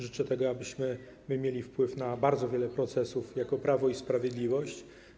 Życzę tego, abyśmy my mieli wpływ na bardzo wiele procesów jako Prawo i Sprawiedliwość.